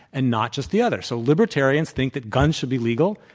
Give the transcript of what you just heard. and not just the others, so libertarians think that guns should be legal,